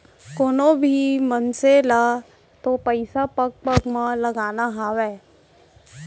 कोनों भी मनसे ल तो पइसा पग पग म लगाना हावय